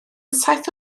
saith